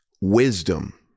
wisdom